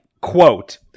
quote